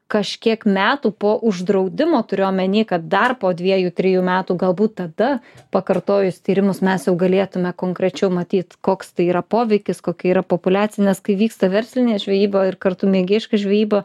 kažkiek metų po uždraudimo turiu omeny kad dar po dviejų trijų metų galbūt tada pakartojus tyrimus mes jau galėtume konkrečiau matyt koks tai yra poveikis kokia yra populiacinės kai vyksta verslinė žvejyba ir kartu mėgėjiška žvejyba